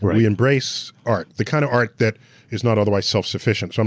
we embrace art, the kind of art that is not otherwise self-sufficient. so